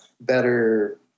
better